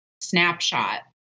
snapshot